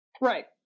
Right